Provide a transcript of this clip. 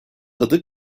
adı